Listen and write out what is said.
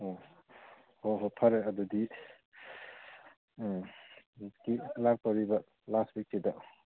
ꯎꯝ ꯍꯣꯏ ꯍꯣꯏ ꯐꯔꯦ ꯑꯗꯨꯗꯤ ꯎꯝ ꯍꯟꯗꯛꯀꯤ ꯂꯥꯛꯇꯧꯔꯤꯕ ꯂꯥꯁ ꯋꯤꯛꯁꯤꯗ